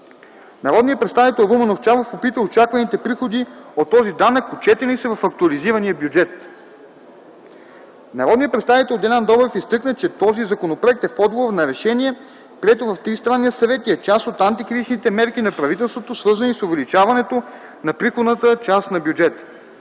Народният представител Румен Овчаров попита очакваните приходи от този данък отчетени ли са в актуализирания бюджет. Народният представител Делян Добрев изтъкна, че този законопроект е в отговор на решение, прието от тристранния съвет и е част от антикризисните мерки на правителството, свързани с увеличаването на приходната част на бюджета.